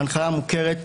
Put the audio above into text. ההנחיה מוכרת,